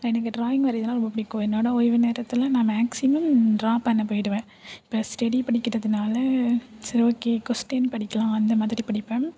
எனக்கு ட்ராயிங் வரையிறதுன்னா ரொம்ப பிடிக்கும் என்னோடய ஓய்வு நேரத்தில் நான் மேக்ஸிமெம் ட்ரா பண்ண போய்டுவேன் இப்போ ஸ்டெடி படிக்கிறதுனால சரி ஓகே கொஷ்டின் படிக்கலாம் அந்த மாதிரி படிப்பேன்